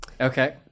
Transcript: Okay